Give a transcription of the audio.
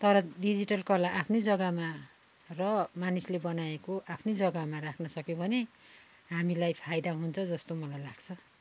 तर डिजिटल कला आफ्नो जगामा र मानिसले बनाएको आफ्नो जगामा राख्न सक्यो भने हामीलाई फाइदा हुन्छ जस्तो मलाई लाग्छ